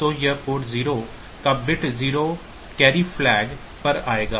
तो यह पोर्ट 0 का बिट नंबर 0 कैरी फ्लैग पर आएगा